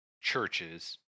churches